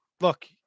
look